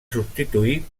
substituir